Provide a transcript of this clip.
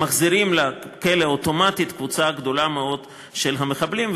מחזירים לכלא אוטומטית קבוצה גדולה מאוד של מחבלים,